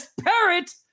parrot